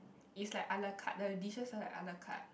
is like a-la-carte the dishes are like a-la-carte